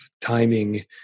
timing